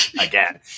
again